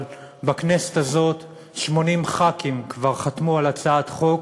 אבל בכנסת הזאת 80 חברי כנסת כבר חתמו על הצעת חוק